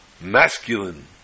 masculine